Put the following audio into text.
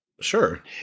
Sure